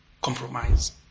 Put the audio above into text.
compromise